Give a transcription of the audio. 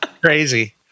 crazy